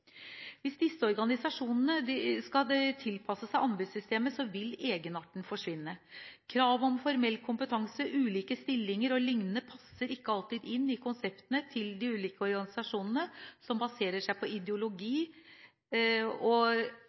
Hvis disse organisasjonene skal tilpasse seg anbudssystemet, vil egenarten forsvinne. Kravet om formell kompetanse, ulike stillinger o.l. passer ikke alltid inn i konseptene til de ulike organisasjonene som baserer seg på ideologi, og